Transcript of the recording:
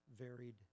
varied